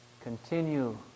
continue